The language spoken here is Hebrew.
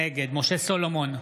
נגד משה סולומון,